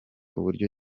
uburyo